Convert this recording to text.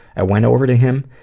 i went over to him,